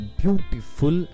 beautiful